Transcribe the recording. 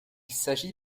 s’agit